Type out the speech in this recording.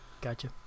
Gotcha